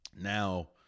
Now